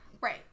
Right